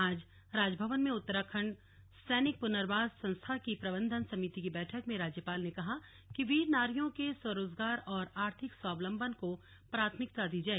आज राजभवन में उत्तराखण्ड सैनिक पुनर्वास संस्था की प्रबंधन समिति की बैठक में राज्यपाल ने कहा कि वीर नारियों के स्वरोजगार और आर्थिक स्वावलंबन को प्राथमिकता दी जाए